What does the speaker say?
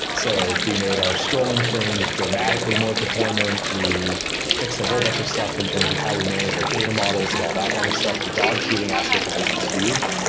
so we made our scrolling frames dramatically more performant. we fixed the whole bunch of stuff in terms of how we manage our data models and all that kind of stuff. the dog fooding aspect of this was huge.